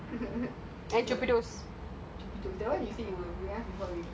I club so you still have to bring me